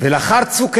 ולאחר "צוק איתן"